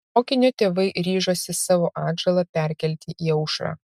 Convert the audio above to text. mokinio tėvai ryžosi savo atžalą perkelti į aušrą